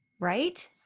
Right